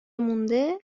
مونده